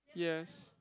yes